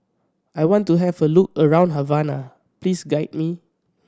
I want to have a look around Havana please guide me